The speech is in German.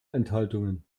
enthaltungen